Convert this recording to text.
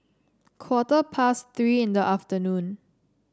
quarter past Three in the afternoon